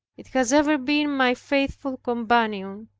it has ever been my faithful companion,